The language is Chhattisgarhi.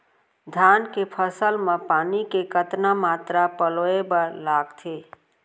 धान के फसल म पानी के कतना मात्रा पलोय बर लागथे?